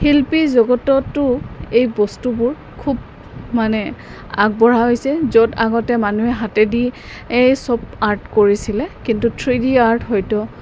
শিল্পী জগততো এই বস্তুবোৰ খুব মানে আগবঢ়া হৈছে য'ত আগতে মানুহে হাতেদি এই চব আৰ্ট কৰিছিলে কিন্তু থ্ৰীি ডি আৰ্ট হয়তো